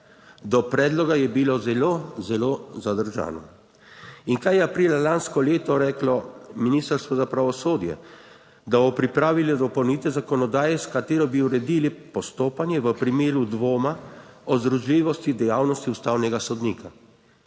Do predloga je bilo zelo, zelo zadržano. In kaj je aprila lansko leto reklo Ministrstvo za pravosodje? Da bo pripravilo dopolnitev zakonodaje, s katero bi uredili postopanje v primeru dvoma o združljivosti dejavnosti ustavnega sodnika.